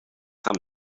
sam